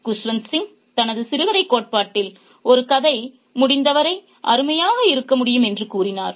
குஷ்வந்த் சிங் தனது சிறுகதைக் கோட்பாட்டில் ஒரு கதை முடிந்தவரை அருமையாக இருக்க முடியும் என்று கூறினார்